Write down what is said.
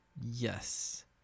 Yes